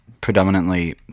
predominantly